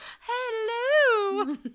hello